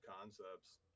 concepts